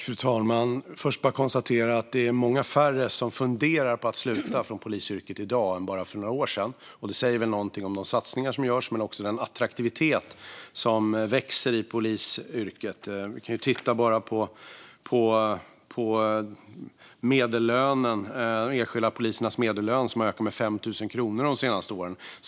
Fru talman! Jag kan först bara konstatera att det är många färre som funderar på att lämna polisyrket i dag än för bara några år sedan. Det säger väl någonting om de satsningar som görs men också om den attraktivitet som växer i polisyrket. Vi kan bara titta på de enskilda polisernas medellön, som har ökat med 5 000 kronor de senaste åren.